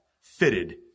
fitted